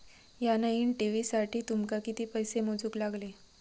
या नईन टी.व्ही साठी तुमका किती पैसे मोजूक लागले?